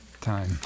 time